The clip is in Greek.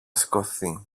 σηκωθεί